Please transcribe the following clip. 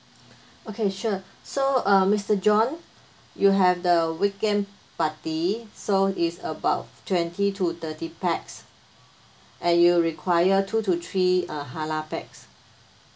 okay sure so uh mister john you have the weekend party so is about twenty to thirty pax and you require two to three uh halal pax